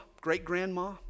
great-grandma